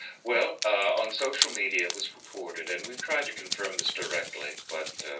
well on social media was reported and we've tried to confirm this directly but